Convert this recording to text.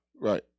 Right